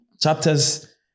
chapters